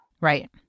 Right